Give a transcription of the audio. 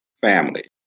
family